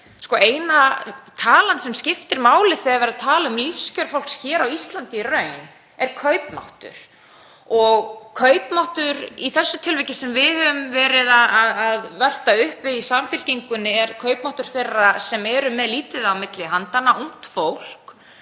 eina talan sem skiptir máli þegar verið að tala um lífskjör fólks hér á Íslandi í raun er kaupmáttur. Kaupmáttur í þessu tilviki sem við höfum verið að velta upp, við í Samfylkingunni, er kaupmáttur þeirra sem eru með lítið á milli handanna, ungt fólk,